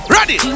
Ready